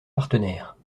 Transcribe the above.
partenaire